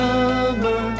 Summer